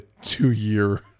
two-year